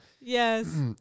Yes